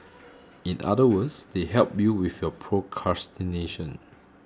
in other words they help you with your procrastination